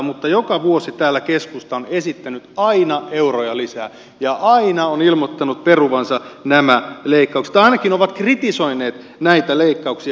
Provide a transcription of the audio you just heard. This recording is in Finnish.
mutta joka vuosi täällä keskusta on esittänyt aina euroja lisää ja aina on ilmoittanut peruvansa nämä leikkaukset tai ainakin ovat kritisoineet näitä leikkauksia